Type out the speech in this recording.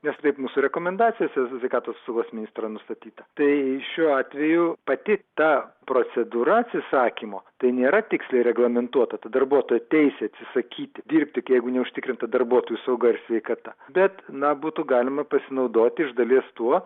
nes taip mūsų rekomendacijosesveikatos apsaugos ministro nustatyta tai šiuo atveju pati ta procedūra atsisakymo tai nėra tiksliai reglamentuota ta darbuotojo teisė atsisakyti dirbti jeigu neužtikrinta darbuotojų sauga ir sveikata bet na būtų galima pasinaudoti iš dalies tuo